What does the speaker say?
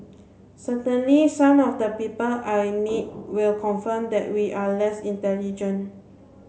certainly some of the people I meet will confirm that we are less intelligent